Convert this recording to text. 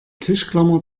tischklammer